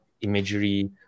imagery